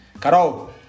Carol